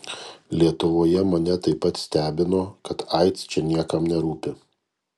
lietuvoje mane taip pat stebino kad aids čia niekam nerūpi